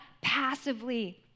passively